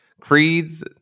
creeds